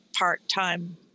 part-time